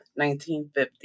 1950